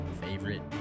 favorite